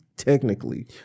Technically